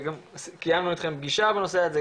קיימנו אתכם פגישה בנושא הזה,